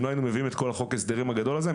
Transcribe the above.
אם לא היינו מביאים את כל חוק ההסדרים הגדול הזה הם